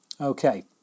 Okay